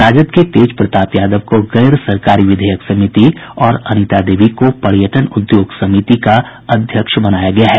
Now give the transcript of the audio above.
राजद के तेज प्रताप यादव को गैर सरकारी विधेयक समिति और अनिता देवी को पर्यटन उद्योग समिति का अध्यक्ष बनाया गया है